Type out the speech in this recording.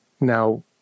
now